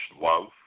love